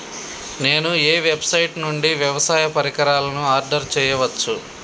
నేను ఏ వెబ్సైట్ నుండి వ్యవసాయ పరికరాలను ఆర్డర్ చేయవచ్చు?